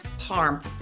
harm